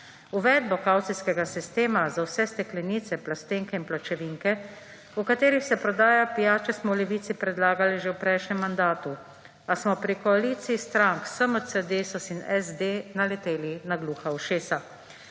Uvedba kavcijskega sistema za vse steklenice, plastenke in pločevinke, v katerih se prodaja pijače, smo v Levici predlagali že v prejšnjem mandatu, a smo pri koaliciji strank SMC, Desus in SD naleteli na gluha ušesa.